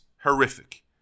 horrific